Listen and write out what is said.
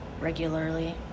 regularly